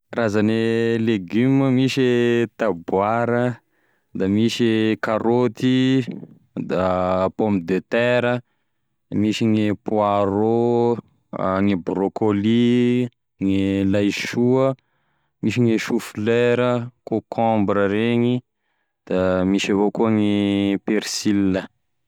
Karazane legioma: misy e taboara, da misy e karaoty, da pomme de terra, misy gne poireau, gne broccoli, gne laisoa, misy gne chou fleura, kôkômbra reny, da misy avao koa gne persila.